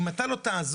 אם אתה לא תעזוב,